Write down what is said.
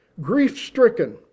grief-stricken